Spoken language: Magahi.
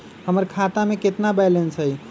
हमर खाता में केतना बैलेंस हई?